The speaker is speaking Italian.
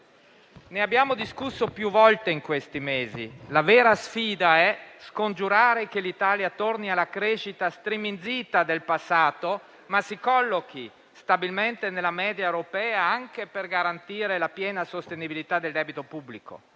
Ne abbiamo discusso più volte in questi mesi: la vera sfida è scongiurare che l'Italia torni alla crescita striminzita del passato, ma si collochi stabilmente nella media Europea, anche per garantire la piena sostenibilità del debito pubblico,